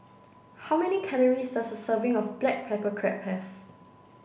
how many calories does a serving of black pepper crab have